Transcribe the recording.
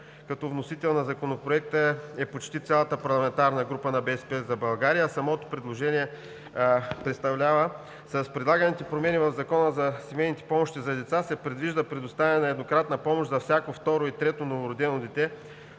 като вносител на Законопроекта е почти цялата парламентарна група на „БСП за България“, а с предлаганите промени в Закона за семейните помощи за деца се предвижда предоставяне на еднократна помощ за всяко второ и трето новородено дете